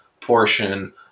portion